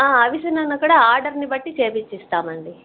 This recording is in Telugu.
అవిసె నూనె కూడా ఆర్డర్ని బట్టి చేయించి ఇస్తామండి